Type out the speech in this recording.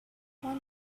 one